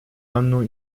anno